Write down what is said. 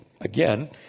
again